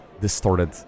distorted